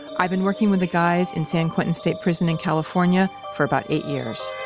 i've been working with the guys in san quentin state prison in california for about eight years